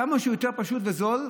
כמה שהוא יותר פשוט וזול,